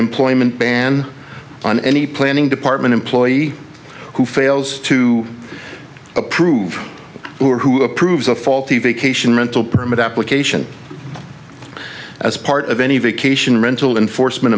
employment ban on any planning department employee who fails to approve who approves of faulty vacation rental permit application as part of any vacation rental enforcement